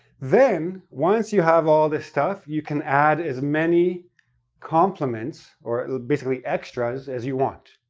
then, once you have all this stuff, you can add as many complements, or basically extras, as you want.